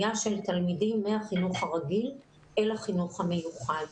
היה של תלמידים מהחינוך הרגיל אל החינוך המיוחד.